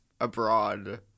abroad